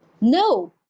No